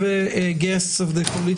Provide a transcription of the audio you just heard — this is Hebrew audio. התיקון הראשון הוא קביעת נסיבה מחמירה בעבירת